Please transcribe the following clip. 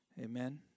Amen